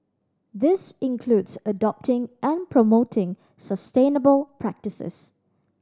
this includes adopting and promoting sustainable practices